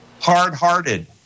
Hard-hearted